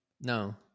No